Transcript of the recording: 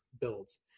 builds